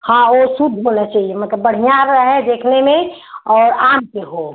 हाँ ओ शुभ होना चाहिए मतलब बढ़ियां रहे देखने में और आम के हो